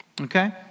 okay